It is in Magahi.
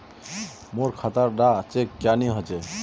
मोर खाता डा चेक क्यानी होचए?